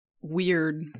weird